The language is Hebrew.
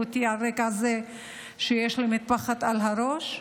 אותי על רקע זה שיש לי מטפחת על הראש,